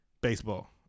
baseball